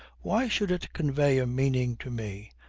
why should it convey a meaning to me?